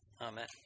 Amen